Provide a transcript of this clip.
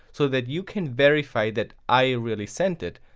so that you can verify that i really sent it,